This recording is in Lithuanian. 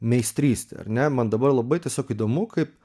meistrystė ar ne man dabar labai tiesiog įdomu kaip